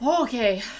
okay